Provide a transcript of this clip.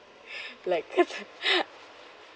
like